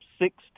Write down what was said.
six